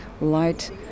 light